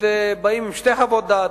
ובאים עם שתי חוות דעת,